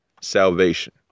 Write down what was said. salvation